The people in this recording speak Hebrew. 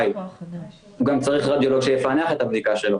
הוא גם צריך רדיולוג שיפענח את הבדיקה שלו